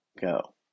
go